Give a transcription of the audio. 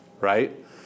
right